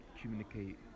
communicate